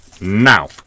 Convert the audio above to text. Now